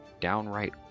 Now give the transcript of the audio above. downright